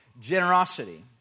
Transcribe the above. generosity